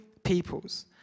People's